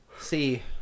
see